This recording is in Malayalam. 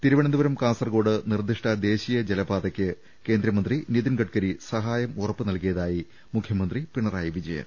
തിരുവനന്തപുരം കാസർകോട് നിർദ്ദിഷ്ട ദേശീയ ജല പാതയ്ക്ക് കേന്ദ്രമന്ത്രി നിതിൻ ഗഡ്കരി സഹായം ഉറപ്പ് നൽകിയതായി മുഖ്യമന്ത്രി പിണറായി വിജയൻ